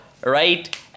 Right